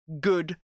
good